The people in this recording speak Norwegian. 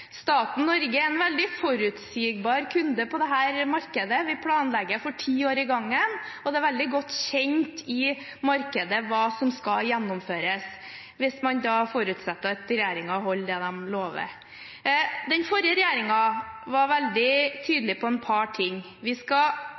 Staten Norge er en veldig forutsigbar kunde på dette markedet. Vi planlegger for ti år av gangen, og det er veldig godt kjent i markedet hva som skal gjennomføres – hvis man da forutsetter at regjeringen holder det den lover. Den forrige regjeringen var veldig tydelig på et par ting. Vi